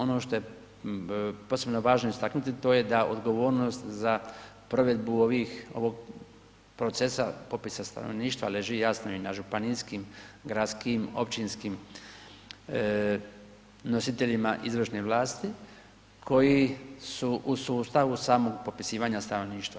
Ono što je posebno važno istaknuti to je da odgovornost za provedbu ovih, ovog procesa popisa stanovništva leži jasno i na županijskim, gradskim, općinskim nositeljima izvršne vlasti koji su u sustavu samo popisivanja stanovništva.